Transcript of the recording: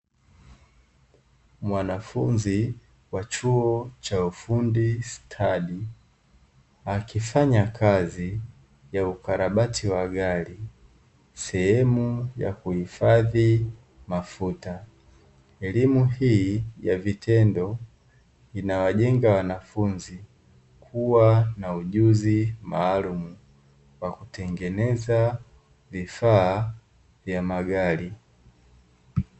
Mwanafunzi wa chuo cha ufundi stadi akifanya kazi ya ukarabati wa gari, sehemu ya kuhifadhi mafuta. Elimu hii ya vitendo inawajenga wanafunzi kuwa na ujuzi maalumu wa kutengeneza vifaa vya magari.